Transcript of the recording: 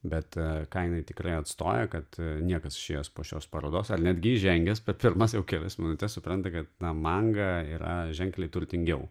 bet ką jinai tikrai neatstoja kad niekas išėjęs po šios parodos ar netgi įžengęs per pirmas kelias minutes supranta kad na manga yra ženkliai turtingiau